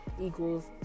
equals